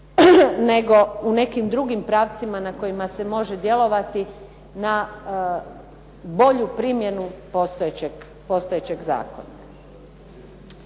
nego u nekim drugim pravcima na kojima se može djelovati na bolju primjenu postojećeg zakona.